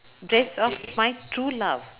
~ddress of my true love